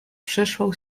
przyszłą